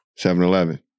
7-Eleven